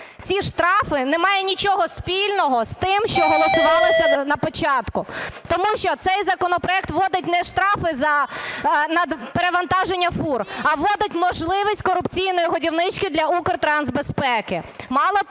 ці штрафи не мають нічого спільного з тим, що голосувалося на початку, тому що цей законопроект вводить не штрафи за перевантаження фур, а вводить можливість корупційної годівнички для Укртрансбезпеки.